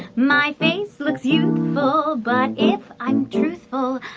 my face looks youthful, but if i'm truthful,